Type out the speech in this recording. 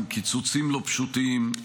עם קיצוצים לא פשוטים,